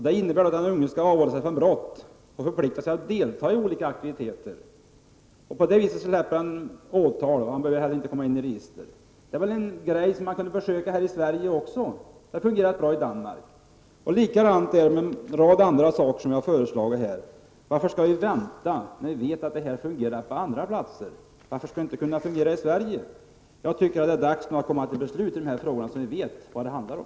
Det innebär att den unge skall avhålla sig från brott och förplikta sig att delta i olika aktiviteter. På det viset slipper han åtal, och han behöver inte heller komma in i register. Det är en åtgärd som man borde kunna försöka med även i Sverige. Det har fungerat bra i Danmark. Likadant är det med en rad andra saker som vi har föreslagit här. Varför skall vi vänta när vi vet att dessa förslag har fungerat bra på andra platser? Varför skulle det inte kunna fungera i Sverige? Jag tycker att det är dags att komma till beslut i dessa frågor så att man vet vad det handlar om.